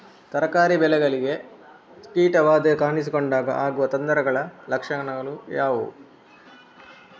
ತರಕಾರಿ ಬೆಳೆಗಳಿಗೆ ಕೀಟ ಬಾಧೆ ಕಾಣಿಸಿಕೊಂಡಾಗ ಆಗುವ ತೊಂದರೆಗಳ ಲಕ್ಷಣಗಳು ಯಾವುವು?